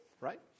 right